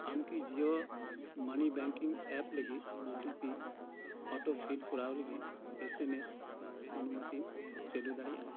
ᱟᱢ ᱠᱤ Jio money banking app ᱞᱟᱹᱜᱤᱜ ᱳᱴᱤᱯᱤ ᱚᱴᱳᱯᱷᱤᱞᱰ ᱠᱚᱨᱟᱣ ᱞᱟᱹᱜᱤᱜ ᱮᱥ ᱮᱢ ᱮᱥ ᱚᱱᱩᱢᱚᱛᱤᱢ ᱪᱟᱹᱞᱩ ᱫᱟᱲᱮᱭᱟᱜᱼᱟ